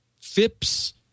FIPS